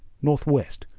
northwest,